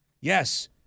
Yes